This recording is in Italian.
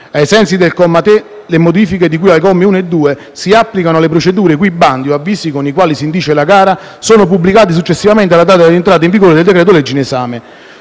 Ai sensi del comma 3, le modifiche di cui ai commi 1 e 2 si applicano alle procedure i cui bandi o avvisi con i quali si indice la gara sono pubblicati successivamente alla data di entrata in vigore del decreto-legge in esame.